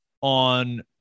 on